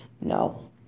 No